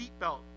seatbelt